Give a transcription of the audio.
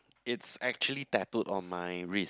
it's actually tattooed on my wrist